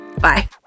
Bye